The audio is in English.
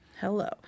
Hello